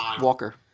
Walker